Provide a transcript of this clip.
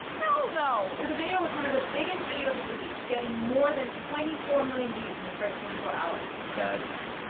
hell no! so the video was one of the biggest videos of the week, getting more than twenty four million views in its first twenty four hours. that's.